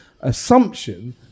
assumption